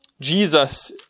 Jesus